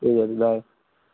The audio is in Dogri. ठीक ऐ बाय